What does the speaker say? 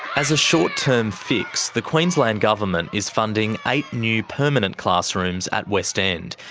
as a short-term fix, the queensland government is funding eight new permanent classrooms at west end,